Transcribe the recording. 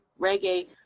reggae